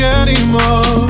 anymore